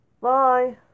Bye